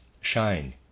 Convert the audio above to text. shine